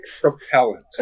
propellant